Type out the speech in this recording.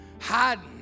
hiding